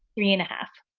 three and a half.